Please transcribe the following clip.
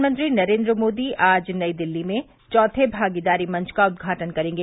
प्रधानमंत्री नरेन्द्र मोदी आज नई दिल्ली में चौथे भागीदारी मंच का उद्घाटन करेंगे